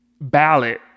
ballot